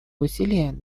усилия